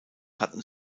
hatten